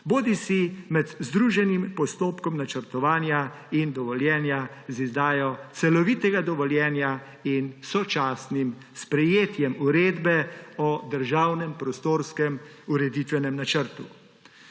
bodisi med združenim postopkom načrtovanja in dovoljenja za izdajo celovitega dovoljenja in sočasnim sprejetjem uredbe o državnem prostorskem, ureditvenem načrtu.